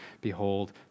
Behold